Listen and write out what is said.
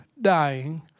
dying